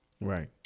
Right